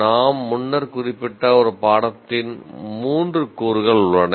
நாம் முன்னர் குறிப்பிட்ட ஒரு பாடத்தின் 3 கூறுகள் உள்ளன